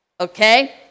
okay